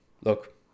look